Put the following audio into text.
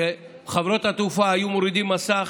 שחברות התעופה היו מורידות מסך,